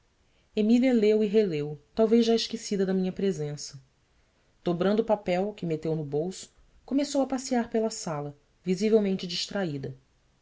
emília leu e releu talvez já esquecida da minha presença dobrando o papel que meteu no bolso começou a passear pela sala visivelmente distraída